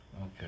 Okay